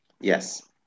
yes